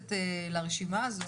אז הצו הזה באמת מרחיב את הרשימה.